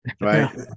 Right